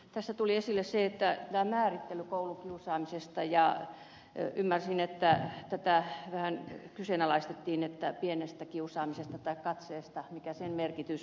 tässä tuli esille määrittely koulukiusaamisesta ja ymmärsin että pienen kiusaamisen tai katseen merkitystä vähän kyseenalaistettiin